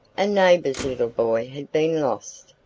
a neighbour's little boy had been lost,